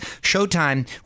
Showtime